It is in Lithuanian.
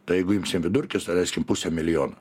tai jeigu imsim vidurkius daleiskim pusę milijono